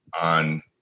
on